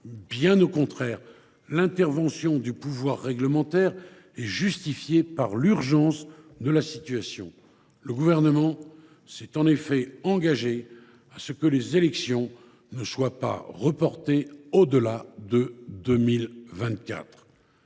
bien au contraire. L’intervention du pouvoir réglementaire est justifiée par l’urgence de la situation, le Gouvernement s’étant engagé à ce que les élections ne soient pas reportées au delà de 2024.